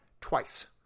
twice